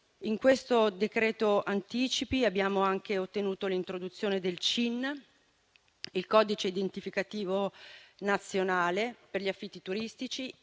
in questo decreto anticipi abbiamo anche ottenuto l'introduzione del CIN (codice identificativo nazionale) per gli affitti turistici